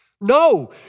No